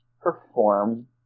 perform